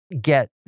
get